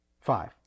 five